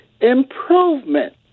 improvement